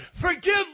forgive